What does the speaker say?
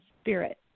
spirit